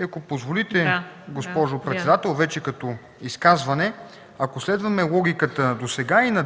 Ако позволите, госпожо председател, вече като изказване – ако следваме логиката досега, и на